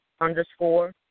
underscore